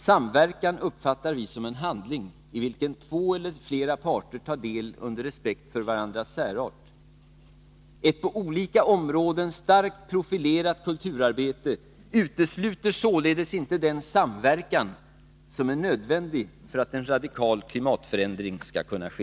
Samverkan uppfattar vi som en handling, i vilken två eller flera parter tar del med respekt för varandras särart. Ett på olika områden starkt profilerat kulturarbete utesluter således inte den samverkan som är nödvändig för att en radikal klimatförändring skall kunna ske.